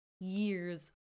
years